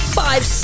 five